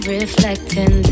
reflecting